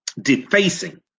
defacing